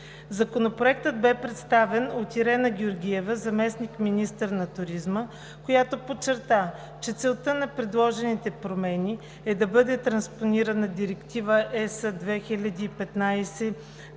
Законопроектът бе представен от Ирена Георгиева – заместник-министър на туризма, която подчерта, че целта на предложените промени е да бъде транспонирана Директива (ЕС) 2015/2302